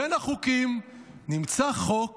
בין החוקים נמצא חוק